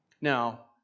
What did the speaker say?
Now